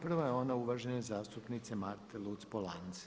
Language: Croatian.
Prva je ona uvažene zastupnice Marte Luc-Polanc.